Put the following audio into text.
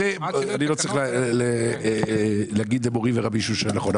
אני לא צריך להגיד למורי ורבי שהוא שואל נכון,